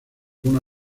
una